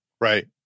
Right